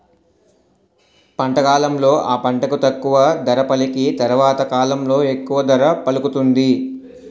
పంట కాలంలో ఆ పంటకు తక్కువ ధర పలికి తరవాత కాలంలో ఎక్కువ ధర పలుకుతుంది